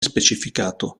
specificato